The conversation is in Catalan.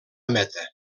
meta